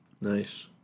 Nice